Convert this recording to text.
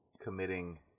committing